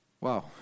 Wow